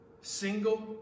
Single